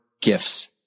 gifts